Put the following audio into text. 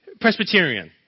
Presbyterian